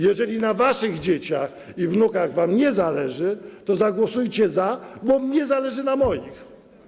Jeżeli na waszych dzieciach i wnukach wam nie zależy, to zagłosujcie za, bo mnie zależy na moich.